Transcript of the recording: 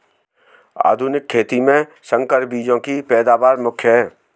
आधुनिक खेती में संकर बीजों की पैदावार मुख्य हैं